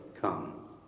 come